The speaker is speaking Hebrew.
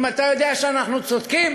אם אתה יודע שאנחנו צודקים,